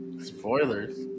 Spoilers